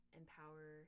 empower